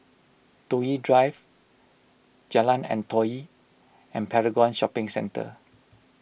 Toh Yi Drive Jalan Antoi and Paragon Shopping Centre